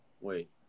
wait